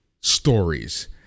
stories